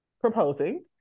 proposing